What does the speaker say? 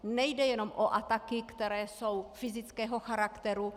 Nejde jenom o ataky, které jsou fyzického charakteru.